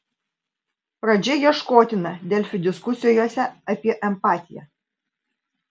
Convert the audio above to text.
pradžia ieškotina delfi diskusijose apie empatiją